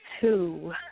two